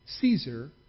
Caesar